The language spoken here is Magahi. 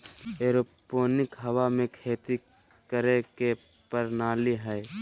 एरोपोनिक हवा में खेती करे के प्रणाली हइ